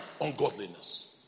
ungodliness